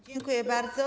Dziękuję bardzo.